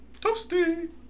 Toasty